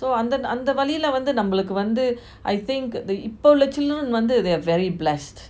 so அந்த அந்த வாழிய வந்து நம்மளுக்கு வந்து:antha antha vaazhila vanthu nambaluku vanthu I think இப்போ உள்ள:ipo ulla children வந்து:vanthu they are very blessed